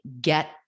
get